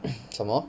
什么